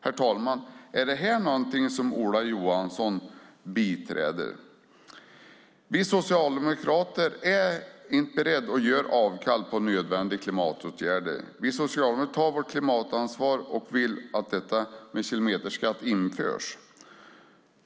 Herr talman! Är detta någonting Ola Johansson bifaller? Vi socialdemokrater är inte beredda att göra avkall på nödvändiga klimatåtgärder. Vi socialdemokrater tar vårt klimatansvar och vill att kilometerskatt införs.